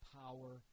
power